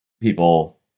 people